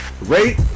Rate